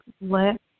let